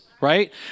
right